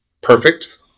perfect